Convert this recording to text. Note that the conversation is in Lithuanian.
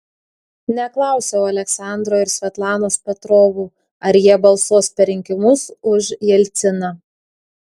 neklausiau aleksandro ir svetlanos petrovų ar jie balsuos per rinkimus už jelciną